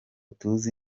tuzi